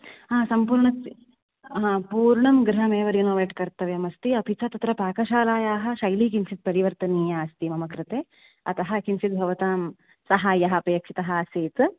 ह सम्पूर्णस्य हा पूर्णं गृहमेव रिनोवेट् कर्तव्यमस्ति अपि च तत्र पाकशालायाः शैली किञ्चित् परिवर्तनीया अस्ति मम कृते अतः किञ्चित् भवतां सहायः अपेक्षितः आसीत्